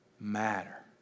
matter